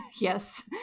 Yes